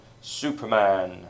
Superman